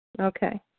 Okay